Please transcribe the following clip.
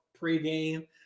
pregame